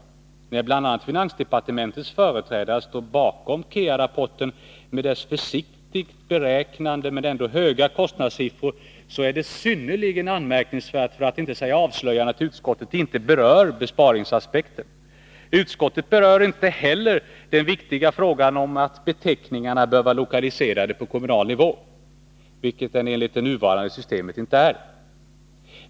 Fastighets När bl.a. finansdepartementets företrädare står bakom KEA-rapporten beteckningsmed dess försiktigt beräknade men ändå höga kostnadssiffror, är det reformen synnerligen anmärkningsvärt för att inte säga avslöjande att utskottet inte berör besparingsaspekten. Utskottet berör inte heller den viktiga frågan om att beteckningarna bör vara lokaliserande på kommunal nivå, vilket de enligt det nuvarande systemet inte är.